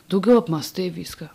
daugiau apmąstai viską